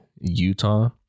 Utah